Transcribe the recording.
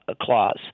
Clause